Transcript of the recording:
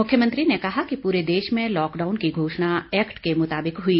मुख्यमंत्री ने कहा कि पूरे देश में लाकडाउन की घोषणा एक्ट के मुताबिक हुई